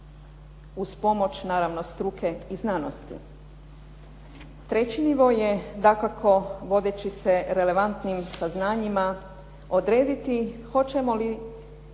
uz pomoć naravno struke i znanosti. Treći nivo je, dakako vodeći se relevantnim saznanjima, odrediti hoćemo li